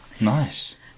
Nice